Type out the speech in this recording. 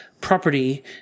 property